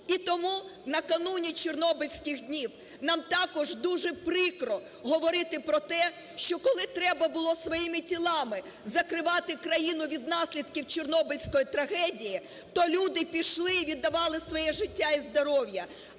І тому накануні чорнобильських днів нам також дуже прикро говорити про те, що коли треба було своїми тілами закривати країну від наслідків Чорнобильської трагедії, то люди пішли і віддавали своє життя і здоров'я,